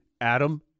Adam